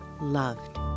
loved